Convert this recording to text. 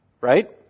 right